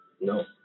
No